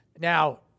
Now